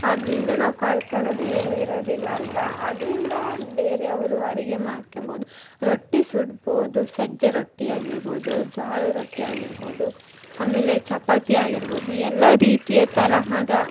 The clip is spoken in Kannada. ಅದರಿಂದ ನಾವು ಕಳ್ಕೊಳೋದು ಏನೂ ಇರೋದಿಲ್ಲ ಅಲ್ವ ಅದರಿಂದ ಬೇರೆ ಅವರು ಅಡಿಗೆ ಮಾಡ್ಕೊಂಬೋದು ರೊಟ್ಟಿ ಸುಡ್ಬೋದು ಸಜ್ಜೆ ರೊಟ್ಟಿ ಆಗಿರ್ಬೋದು ಜ್ವಾಳದ ರೊಟ್ಟಿ ಆಗಿರ್ಬೋದು ಆಮೇಲೆ ಚಪಾತಿ ಆಗಿರ್ಬೋದು ಎಲ್ಲ ರೀತಿಯ ತರಹದ